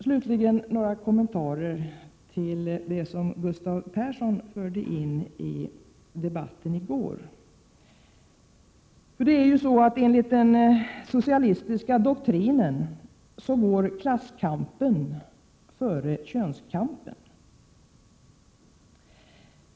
Slutligen några kommentarer till det som Gustav Persson förde in i debatten i går. Enligt den socialistiska doktrinen går klasskampen före könskampen.